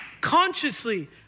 consciously